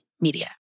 Media